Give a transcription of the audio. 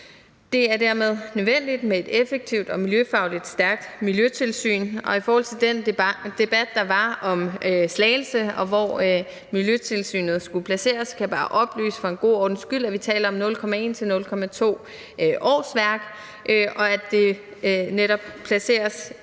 Det er dermed nødvendigt med et effektivt og miljøfagligt stærkt miljøtilsyn, og i forhold til den debat, der var om Slagelse og hvor miljøtilsynet skulle placeres, kan jeg bare for en god ordens skyld oplyse, at vi taler om 0,1 til 0,2 årsværk, og at det jo netop placeres